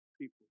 people